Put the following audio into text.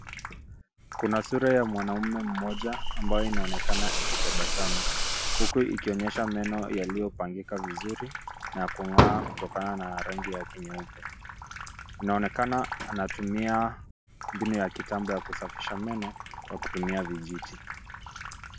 Kuna sura ya mwanamme momoja ambayo inaonekana ikitabasamu, huku ikionyesha meno iliyopangika vizuri na kungaa kutokana na rangi yake nyeupe. Inaonekana anatumia mbinu ya kitambo ya kusafisha meno kwa kutumia vijiti.